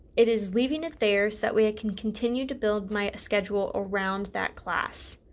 it is leaving it there so that way i can continue to build my schedule around that class.